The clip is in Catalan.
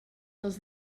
dels